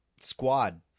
Squad